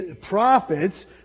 prophets